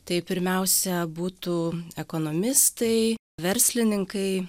tai pirmiausia būtų ekonomistai verslininkai